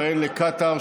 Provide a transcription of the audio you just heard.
ובהן לקטאר,